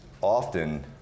often